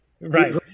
right